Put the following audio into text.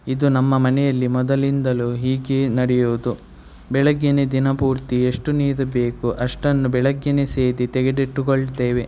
ಇದು ನಮ್ಮ ಮನೆಯಲ್ಲಿ ಮೊದಲಿಂದಲೂ ಹೀಗೆಯೇ ನಡೆಯೋದು ಬೆಳಗ್ಗೆಯೇ ದಿನಪೂರ್ತಿ ಎಷ್ಟು ನೀರು ಬೇಕು ಅಷ್ಟನ್ನು ಬೆಳಗ್ಗೆಯೇ ಸೇದಿ ತೆಗೆದಿಟ್ಟುಕೊಳ್ತೇವೆ